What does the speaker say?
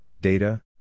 data